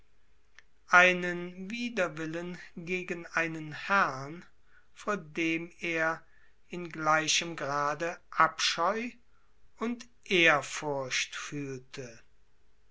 einen wider willen gegen einen herrn vor dem er in gleichem grade abscheu und ehrfurcht fühlte